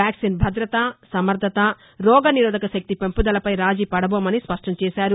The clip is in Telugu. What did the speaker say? వ్యాక్సిన్ భద్రత సమర్టత రోగ నిరోధకశక్తి పెంపుదలపై రాజీ పదబోమని స్పష్టం చేశారు